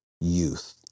youth